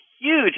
huge